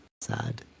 Sad